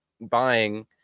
buying